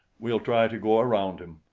we'll try to go around him.